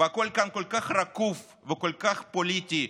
והכול כאן כל כך רקוב וכל כך פוליטי,